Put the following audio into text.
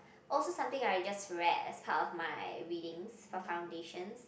also something like just rare as part of my readings for foundations